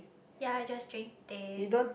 ya I just drink teh